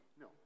No